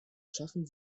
schaffen